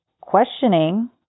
questioning